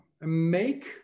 make